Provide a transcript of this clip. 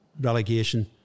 relegation